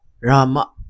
rama